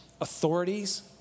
Authorities